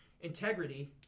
integrity